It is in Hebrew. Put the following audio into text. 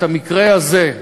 את המקרה הזה,